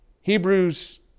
Hebrews